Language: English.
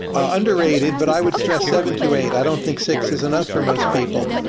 ah underrated, but i would stress seven to eight. i don't think six is enough for most people.